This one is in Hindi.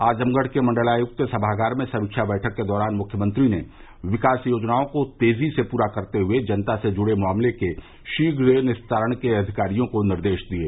आजमगढ़ के मंडलायुक्त सभागार में समीक्षा बैठक के दौरान मुख्यमंत्री ने विकास योजनाओं को तेजी से पूरा करते हुये जनता से जुड़े मामलों के शीघ्र निस्तारण के अधिकारियों को निर्देश दिये